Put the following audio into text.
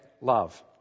Love